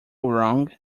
wrong